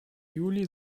juli